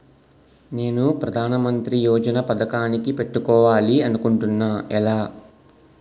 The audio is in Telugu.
నేను ప్రధానమంత్రి యోజన పథకానికి పెట్టుకోవాలి అనుకుంటున్నా ఎలా?